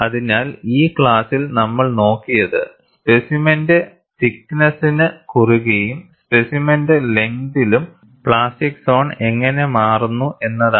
അതിനാൽ ഈ ക്ലാസ്സിൽ നമ്മൾ നോക്കിയത് സ്പെസിമെന്റെ തിക്ക് നെസ്സിനു കുറുകയും സ്പെസിമെന്റെ ലെങ്തിലും പ്ലാസ്റ്റിക് സോൺ എങ്ങനെ മാറുന്നു എന്നതാണ്